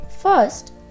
First